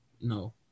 no